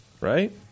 right